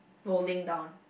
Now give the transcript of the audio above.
rolling down